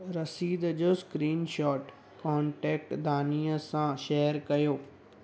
रसीद जो screenshot contact दानिआ सां शेयर कयो